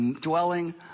dwelling